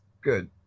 good